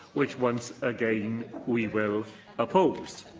which once again we will oppose.